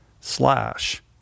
slash